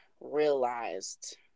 realized